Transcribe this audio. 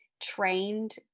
trained